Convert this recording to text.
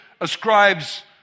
ascribes